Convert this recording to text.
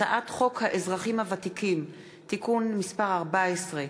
הצעת חוק האזרחים הוותיקים (תיקון מס' 14)